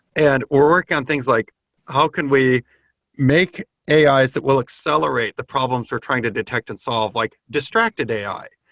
and we're working on things like how can we make ais that will accelerate the problem for trying to detect and solve like distracted ai?